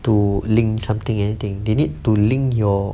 to link something anything they need to link your